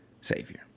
Savior